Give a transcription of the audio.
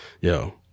Yo